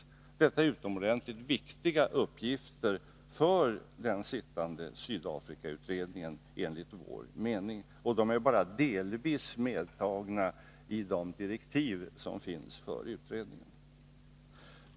Detta är enligt vår mening utomordentligt viktiga uppgifter för den sittande Sydafrikautredningen, men de är bara delvis medtagna i de direktiv som finns för utredningen.